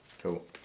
Cool